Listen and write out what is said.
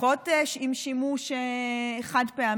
פחות עם שימוש חד-פעמי,